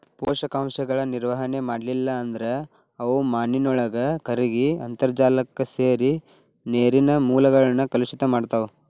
ಪೋಷಕಾಂಶಗಳ ನಿರ್ವಹಣೆ ಮಾಡ್ಲಿಲ್ಲ ಅಂದ್ರ ಅವು ಮಾನಿನೊಳಗ ಕರಗಿ ಅಂತರ್ಜಾಲಕ್ಕ ಸೇರಿ ನೇರಿನ ಮೂಲಗಳನ್ನ ಕಲುಷಿತ ಮಾಡ್ತಾವ